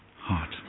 heart